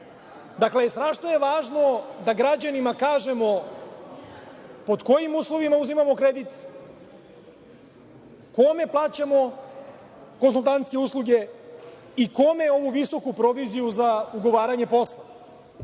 odgovorite. Važno je da građanima kažemo – pod kojim uslovima uzimamo kredit, kome plaćamo konsultantske usluge i kome ovu visoku proviziju za ugovaranje posla.